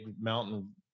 mountain